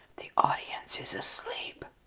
the audience is asleep